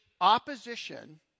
opposition